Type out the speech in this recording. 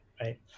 right